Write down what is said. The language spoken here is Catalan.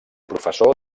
professor